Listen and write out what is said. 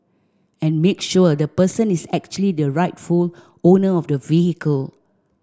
and make sure the person is actually the rightful owner of the vehicle